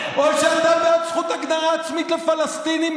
או שאתה בעד זכות הגדרה עצמית לפלסטינים,